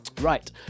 Right